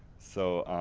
so,